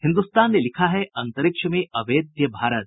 हिन्दुस्तान ने लिखा है अंतरिक्ष में अमेद्य भारत